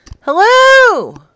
Hello